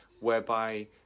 whereby